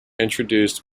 introduced